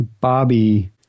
Bobby